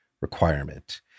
requirement